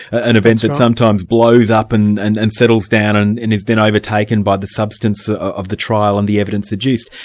an event that sometimes blows up and and and settles down and and is then overtaken by the substance ah of the trial and the evidence adduced.